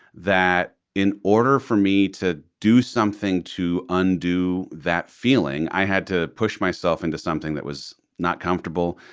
that in order for me to do something to undo that feeling, i had to push myself into something that was not comfortable,